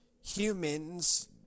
humans